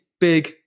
big